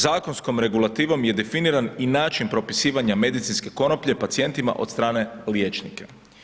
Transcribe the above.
Zakonskom regulativom je definiran i način propisivanja medicinske konoplje pacijentima od strane liječnika.